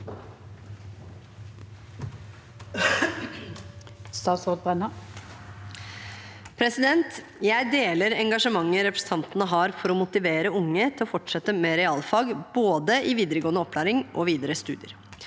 Jeg deler enga- sjementet representantene har for å motivere unge til å fortsette med realfag, både i videregående opplæring og i videre studier.